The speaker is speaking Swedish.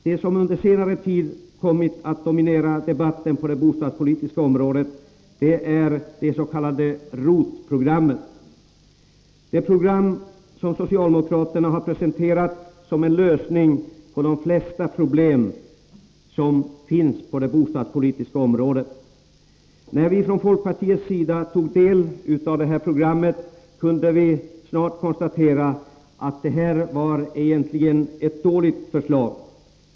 Det som under senare tid har kommit att dominera debatten på det bostadspolitiska området är det s.k. ROT-programmet, det program som socialdemokraterna har presenterat som en lösning på de flesta problem som finns på det bostadspolitiska området. När vi i folkpartiet tog del av detta program, kunde vi snart konstatera att det egentligen var ett dåligt förslag.